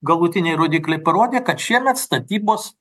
galutiniai rodikliai parodė kad šiemet statybos